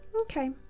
Okay